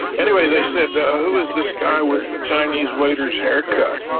anyway, they said who was this guy with the chinese waiter's haircut?